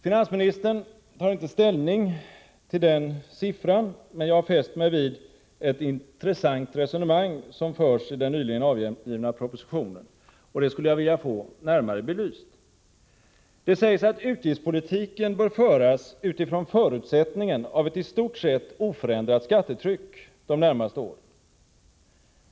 Finansministern tar inte ställning till detta, men jag fäste mig vid ett intressant resonemang som förs i den nyligen avgivna propositionen. Det skulle jag vilja få närmare belyst. Det sägs att utgiftspolitiken bör föras från förutsättningen av ett i stort sett oförändrat skattetryck de närmaste åren.